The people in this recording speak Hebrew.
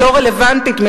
הלא-רלוונטית,